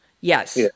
Yes